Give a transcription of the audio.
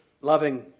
loving